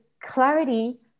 clarity